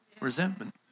resentment